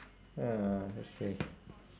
uh let's see